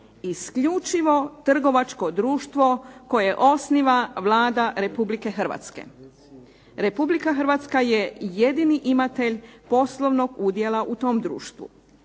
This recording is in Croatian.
isključivo trgovačko društvo koje osniva Vlada Republike Hrvatske. Republika Hrvatska je jedini imatelj poslovnog udjela u tom društvu.